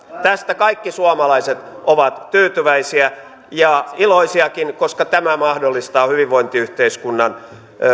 tästä kaikki suomalaiset ovat tyytyväisiä ja iloisiakin koska tämä mahdollistaa hyvinvointiyhteiskunnan